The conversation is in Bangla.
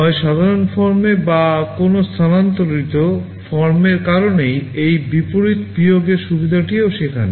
হয় সাধারণ ফর্মে বা কোনও স্থানান্তরিত ফর্মের কারণেই এই বিপরীত বিয়োগের সুবিধাটিও সেখানে